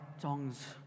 tongs